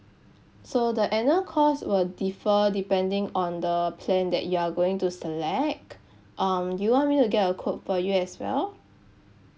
so the annual cost will differ depending on the plan that you are going to select um do you want me to get a quote for you as well